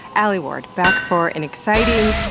alie ward, back for an exciting,